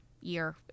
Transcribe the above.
year